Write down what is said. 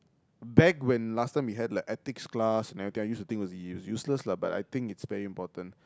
back when last time we had like ethics class and everything I used to think it was useless lah but I think it's very important